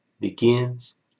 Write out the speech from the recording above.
begins